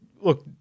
look